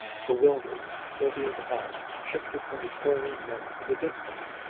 bewildered, sylvia's eyes shifted from the toiling men to the distance,